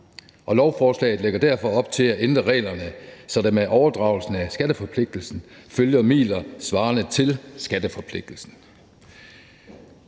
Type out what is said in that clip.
Lovforslaget lægger derfor op til at ændre reglerne, så der med overdragelsen af skatteforpligtelsen følger midler svarende til skatteforpligtelsen.